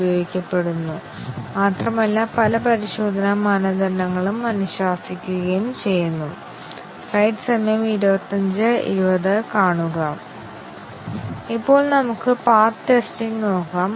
ഇപ്പോൾ ഇത് കൂടുതൽ ശ്രദ്ധാപൂർവ്വം നോക്കാം കൂടാതെ നിരവധി ഉദാഹരണങ്ങളും നോക്കാം